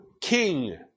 king